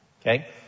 Okay